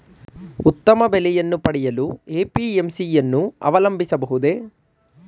ಉತ್ತಮ ಬೆಲೆಯನ್ನು ಪಡೆಯಲು ಎ.ಪಿ.ಎಂ.ಸಿ ಯನ್ನು ಅವಲಂಬಿಸಬಹುದೇ?